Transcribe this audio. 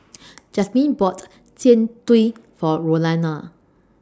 Jazmyn bought Jian Dui For Rolanda